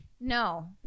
no